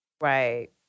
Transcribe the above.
Right